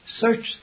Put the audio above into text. Search